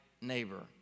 neighbor